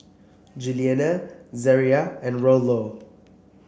Juliana Zariah and Rollo